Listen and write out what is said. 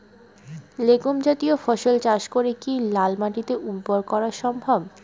Legume জাতীয় ফসল চাষ করে কি লাল মাটিকে উর্বর করা সম্ভব?